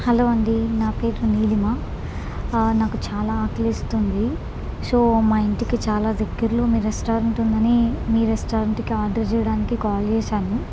hello అండి నా పేరు నీలిమ నాకు చాలా ఆకలి వేస్తుంది సో మా ఇంటికి చాలా దగ్గరలో మీ రెస్టారెంట్ ఉందని మీ రెస్టారెంట్కి ఆర్డర్ చేయడానికి కాల్ చేసాను